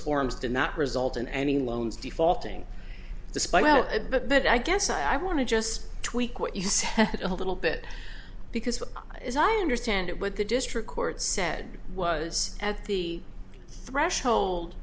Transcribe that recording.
forms did not result in any loans defaulting despite well but that i guess i want to just tweak what you said a little bit because as i understand it what the district court said was at the threshold